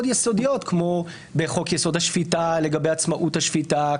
יסודיות כמו בחוק יסוד: השפיטה לגבי עצמאות השפיטה,